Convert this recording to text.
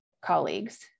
colleagues